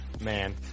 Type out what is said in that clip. Man